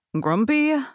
Grumpy